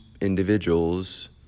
individuals